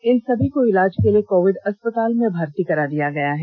इन सभी को इलाज के लिए कोविड अस्पताल में भर्ती कराया गया है